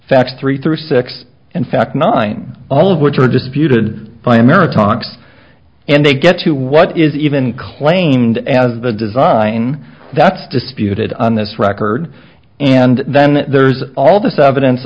fact three through six in fact nine all of which are disputed by a meritocracy and they get to what is even claimed as the design that's disputed on this record and then there's all this evidence